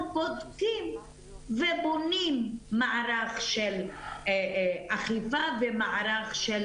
בודקים ובונים מערך של אכיפה ומערך של